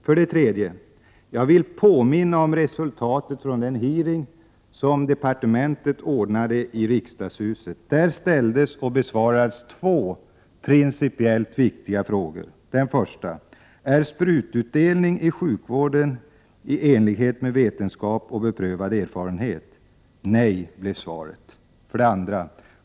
För det tredje vill jag påminna om resultatet av den hearing som hölls i februari här i riksdagshuset. Där ställdes och besvarades två principiellt viktiga frågor: Är sprututdelning i sjukvården i enlighet med vetenskap och beprövad erfarenhet? Nej, blev svaret.